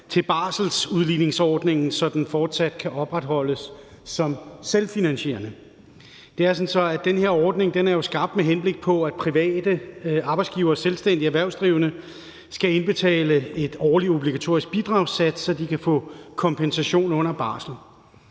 til barselsudligningsordningen, så den fortsat kan opretholdes som selvfinansierende. Det er sådan, at den her ordning er skabt, med henblik på at private arbejdsgivere og selvstændige erhvervsdrivende skal indbetale en årlig obligatorisk bidragssats, så de kan få kompensation under barsel.